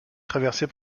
traversée